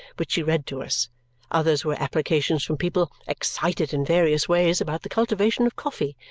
which she read to us others were applications from people excited in various ways about the cultivation of coffee,